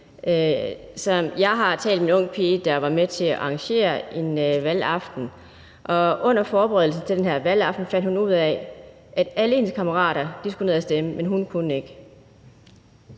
Jeg har talt med en ung pige, der var med til at arrangere en valgaften, og under forberedelsen til den her valgaften fandt hun ud af, at alle hendes kammerater skulle ned at stemme, men hun kunne ikke.